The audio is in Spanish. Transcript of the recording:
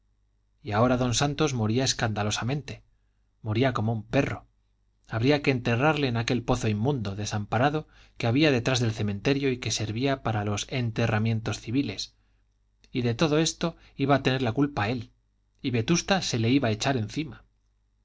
y ahora don santos moría escandalosamente moría como un perro habría que enterrarle en aquel pozo inmundo desamparado que había detrás del cementerio y que servía para los enterramientos civiles y de todo esto iba a tener la culpa él y vetusta se le iba a echar encima